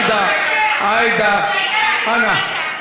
לאשר את החלטת ועדת החוקה,